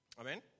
Amen